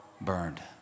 burned